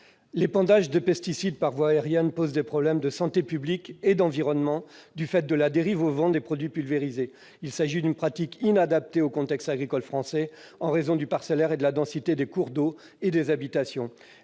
L'épandage de pesticides par voie aérienne pose des problèmes de santé publique et d'environnement du fait de la dérive au vent des produits pulvérisés. Il s'agit d'une pratique inadaptée au contexte agricole français en raison du parcellaire et de la densité des cours d'eau et des habitations.